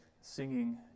singing